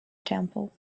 temple